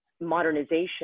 modernization